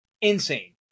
Insane